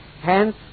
Hence